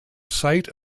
site